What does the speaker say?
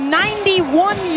91